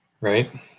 Right